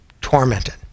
tormented